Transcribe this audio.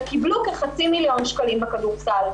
וקיבלו חצי מיליון בכדורסל.